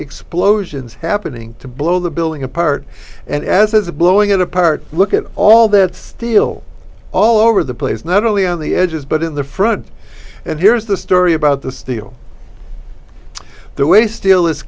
explosions happening to blow the building apart and as is blowing it apart look at all that steel all over the place not only on the edges but in the front and here's the story about the steel the way steel is